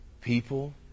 People